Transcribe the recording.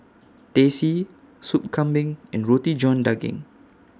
Teh C Sop Kambing and Roti John Daging